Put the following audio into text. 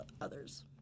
others